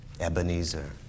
Ebenezer